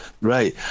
right